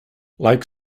like